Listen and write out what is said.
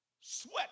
sweat